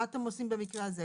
מה אתם עושים במקרה הזה?